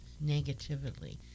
negatively